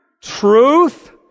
Truth